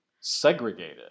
segregated